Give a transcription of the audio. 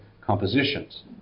compositions